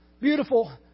Beautiful